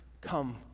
come